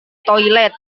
toilet